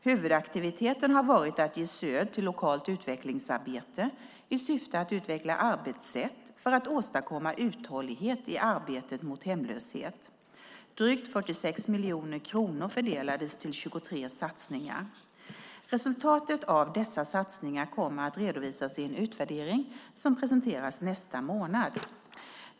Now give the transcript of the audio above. Huvudaktiviteten har varit att ge stöd till lokalt utvecklingsarbete i syfte att utveckla arbetssätt för att åstadkomma uthållighet i arbetet mot hemlöshet. Drygt 46 miljoner kronor fördelades till 23 satsningar. Resultaten av dessa satsningar kommer att redovisas i en utvärdering som presenteras i nästa månad.